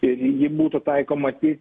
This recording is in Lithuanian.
ir ji būtų taikoma tik